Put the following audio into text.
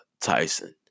Tyson